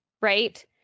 right